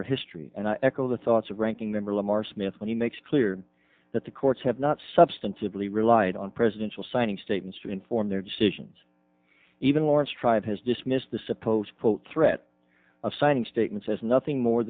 our history and i echo the thoughts of ranking member lamar smith when he makes clear that the courts have not substantively relied on presidential signing statements to inform their decisions even laurence tribe has dismissed the supposed threat of signing statements as nothing more